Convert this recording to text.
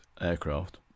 aircraft